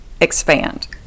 expand